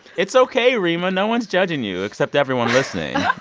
it's ok, reema. no one's judging you, except everyone listening